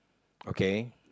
okay